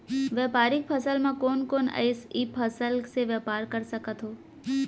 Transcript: व्यापारिक फसल म कोन कोन एसई फसल से मैं व्यापार कर सकत हो?